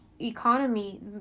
economy